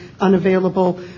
unavailable